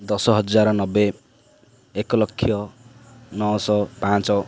ଦଶ ହଜାର ନବେ ଏକ ଲକ୍ଷ ନଅଶହ ପାଞ୍ଚ